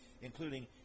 including